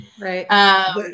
Right